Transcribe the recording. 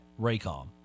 Raycom